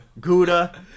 Gouda